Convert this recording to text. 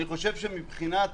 אני חושב שמבחינת